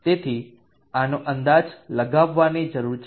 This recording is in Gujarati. તેથી આનો અંદાજ લગાવવાની જરૂર છે